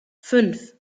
fünf